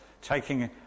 taking